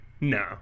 No